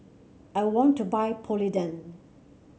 I want to buy Polident